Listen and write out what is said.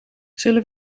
zullen